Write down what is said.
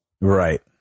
Right